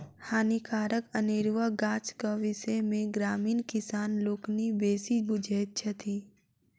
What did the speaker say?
हानिकारक अनेरुआ गाछक विषय मे ग्रामीण किसान लोकनि बेसी बुझैत छथि